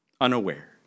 unaware